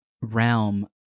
realm